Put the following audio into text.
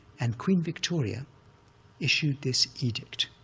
and queen victoria issued this edict